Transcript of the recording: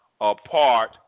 apart